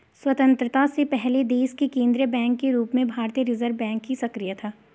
स्वतन्त्रता से पहले देश के केन्द्रीय बैंक के रूप में भारतीय रिज़र्व बैंक ही सक्रिय था